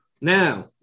Now